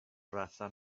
رفتن